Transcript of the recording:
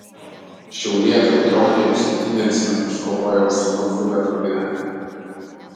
šiaulietė audronė jau septynerius metus kovoja už sūnaus huberto gyvenimą